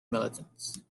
militants